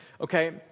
Okay